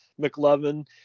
McLovin